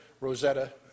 Rosetta